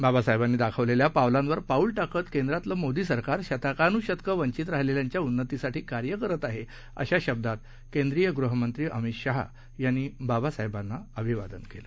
बाबसाहेबांनीदाखवलेल्यापावलांलरपाऊलटाकतकेंद्रातलंमोदीसरकारशतकान्शतकंवंचितराहि लेल्यांच्या उन्नती साठी कार्यकरत आहे अशाशब्दातकेंद्रीयगृहमंत्रीअमितशाहयांनीबाबसाहेबांनाअभिवादनकेलं